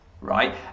right